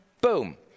Boom